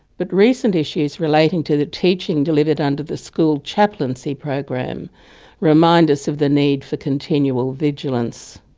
but recent issues relating to the teaching delivered under the school chaplaincy program remind us of the need for continual vigilance.